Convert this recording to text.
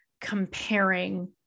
comparing